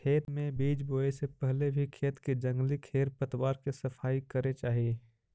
खेत में बीज बोए से पहले भी खेत के जंगली खेर पतवार के सफाई करे चाही